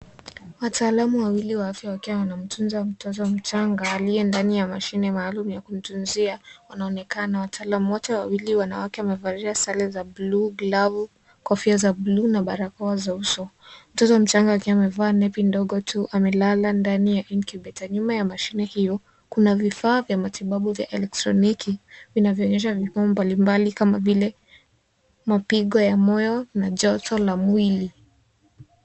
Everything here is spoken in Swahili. Wataalamu wawili wa afya wakiwa wanamtunza mtoto mchanga aliye ndani ya mashine maalum ya kumtunzia wanaonekana. Wataalamu wote wawili wanawake wamevalia sare za bluu, glovu, kofia za bluu na barakoa za uso. Mtoto mchanga akiwa amevaa nepi ndogo tu amelala ndani ya incubator . Nyuma ya mashine hiyo kuna vifaa vya matibabu vya elektroniki vinavyoonyesha vipimo mbalimbali kama vile mapigo ya moyo na joto la mwili.